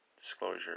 disclosure